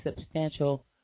substantial